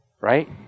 Right